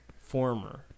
Former